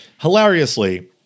hilariously